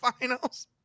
Finals